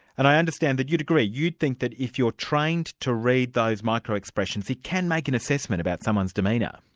and i understand that you'd agree. you'd think that if you're trained to read those micro expressions, you can make an assessment about someone's demeanour.